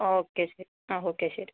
okay ശരി ആ okay ശരി